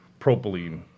propylene